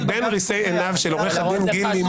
מבין ריסי עיניו של עו"ד גיל לימון